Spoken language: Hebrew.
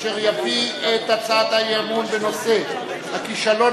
אשר יביא את הצעת האי-אמון בנושא: הכישלון